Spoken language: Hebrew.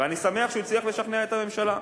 ואני שמח שהוא הצליח לשכנע את הממשלה.